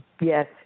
Yes